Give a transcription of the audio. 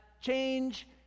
change